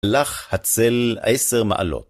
הלך הצל עשר מעלות